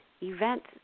events